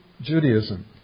Judaism